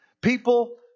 People